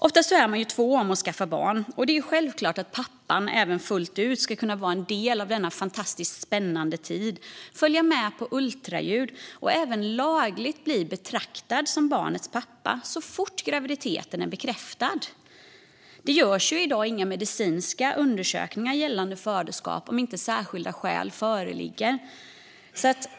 Oftast är man två om att skaffa barn, och det är självklart att även pappan fullt ut ska kunna vara en del av denna fantastiskt spännande tid, följa med på ultraljud och även lagligt bli betraktad som barnets pappa så fort graviditeten är bekräftad. Det görs i dag inga medicinska undersökningar gällande faderskap om inte särskilda skäl föreligger.